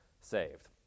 saved